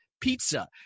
pizza